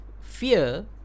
Fear